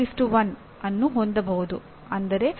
ಈ ದಿನಗಳಲ್ಲಿ ಅಪಾರ ಪ್ರಮಾಣದ ಸಾಂಸ್ಥಿಕ ತರಬೇತಿ ನಡೆಯುತ್ತಿದೆ